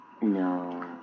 No